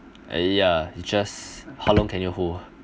yeah it's just how long can you hold